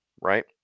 right